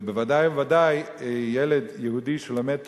ובוודאי ובוודאי ילד יהודי שלומד תורה,